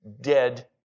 dead